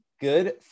good